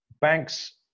banks